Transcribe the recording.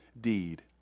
deed